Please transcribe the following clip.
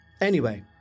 Anyway